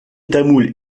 tamoul